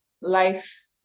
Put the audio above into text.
life